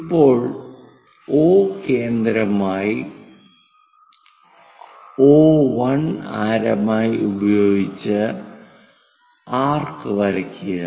ഇപ്പോൾ O കേന്ദ്രമായി O1 ആരമായി ഉപയോഗിച്ച് ആർക്ക് വരയ്ക്കുക